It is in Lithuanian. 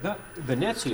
na venecijoj